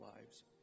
lives